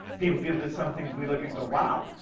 people give to some things. we look and go, wow.